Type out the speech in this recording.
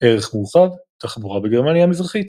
ערך מורחב – תחבורה בגרמניה המזרחית